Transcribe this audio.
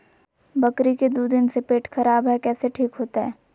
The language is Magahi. बकरी के दू दिन से पेट खराब है, कैसे ठीक होतैय?